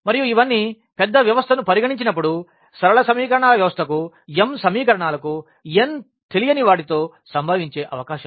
మరియు ఇవన్నీ పెద్ద వ్యవస్థను పరిగణించినప్పుడు సరళ సమీకరణాల వ్యవస్థకు mసమీకరణాలకు n తెలియని వాటితో సంభవించే అవకాశాలు